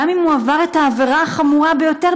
גם אם הוא עבר את העבירה החמורה ביותר,